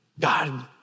God